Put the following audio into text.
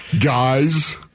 Guys